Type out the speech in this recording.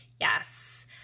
Yes